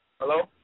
Hello